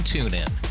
TuneIn